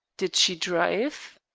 did she drive?